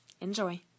enjoy